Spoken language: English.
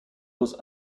was